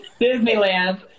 disneyland